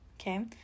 okay